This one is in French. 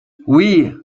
oui